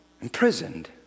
Imprisoned